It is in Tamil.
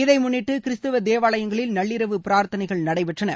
இதை முன்னிட்டு கிறிஸ்தவ தேவாலயங்களில் நள்ளிரவு பிராா்த்தனைகள் நடைபெற்றன